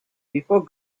before